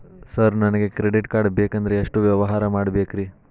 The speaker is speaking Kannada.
ಸರ್ ನನಗೆ ಕ್ರೆಡಿಟ್ ಕಾರ್ಡ್ ಬೇಕಂದ್ರೆ ಎಷ್ಟು ವ್ಯವಹಾರ ಮಾಡಬೇಕ್ರಿ?